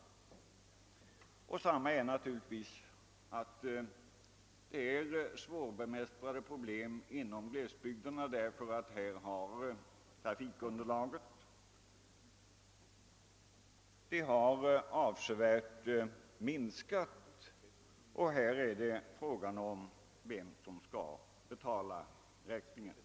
Inom glesbygderna är problemet också svårbemästrat, eftersom trafikunderlaget avsevärt har minskat. Frågan är där vem som skall betala räkningen.